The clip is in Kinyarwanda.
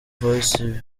voice